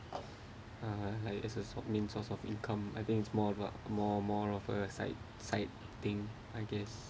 uh like as a sou~ main source of income I think it's more of a more more of a side side thing I guess